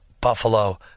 Buffalo